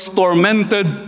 tormented